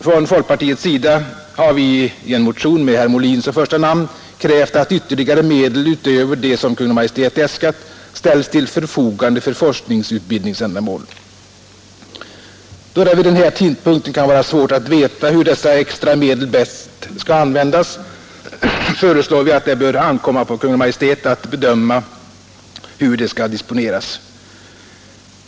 Från folkpartiets sida har vi i en motion med herr Molin som första namn krävt att ytterligare medel utöver dem som Kungl. Maj:t äskat ställs till förfogande för forskningsutbildningsändamål. Då det vid den här tidpunkten kan vara svårt att veta hur dessa extra medel bäst skall användas, föreslår vi att det bör ankomma på Kungl. Maj:t att bestämma hur de bör disponeras.